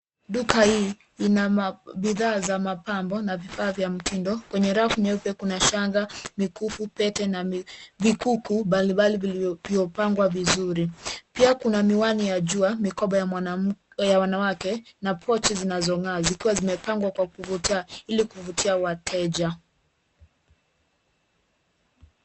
Duka hii ina bidhaa za mapambo na vifaa vya mtindo. Kwenye rafu nyeupe kuna shanga, mikufu, pete na vikuku mbalimbali vilivyopangwa vizuri. Pia kuna miwani ya jua, mikoba ya wanawake na pochi zinazong'aa zikiwa zimepangwa kwa kuvutia ili kuvutia wateja.